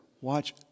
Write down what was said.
watch